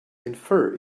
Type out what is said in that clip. infer